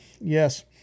Yes